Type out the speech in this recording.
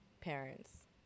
parents